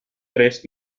tres